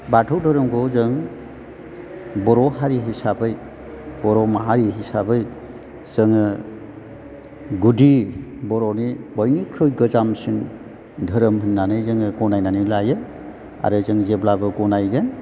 बाथौ धोरोमखौ जों बर' हारि हिसाबै बर' माहारि हिसाबै जोङो गुदि बर'नि बयनिख्रुइ गोजामसिन धोरोम होन्नानै जोङो गनायनानै लायो आरो जों जेब्लाबो गनायगोन